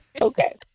Okay